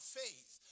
faith